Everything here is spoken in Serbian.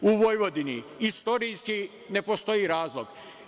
U Vojvodini istorijski ne postoji razlog.